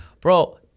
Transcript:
bro